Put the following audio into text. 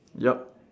yup